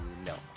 no